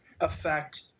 affect